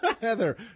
Heather